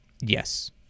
Yes